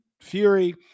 Fury